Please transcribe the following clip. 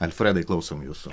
alfredai klausom jūsų